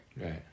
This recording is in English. Right